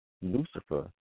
Lucifer